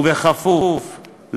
ובכפוף,